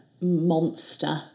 ...monster